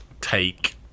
take